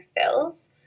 fills